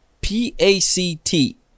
P-A-C-T